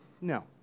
No